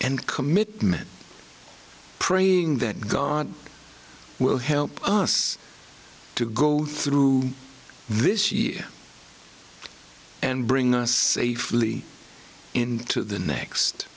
and commitment praying that god will help us to go through this year and bring us safely into the next